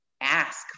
ask